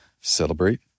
Celebrate